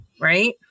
Right